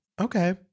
Okay